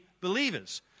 believers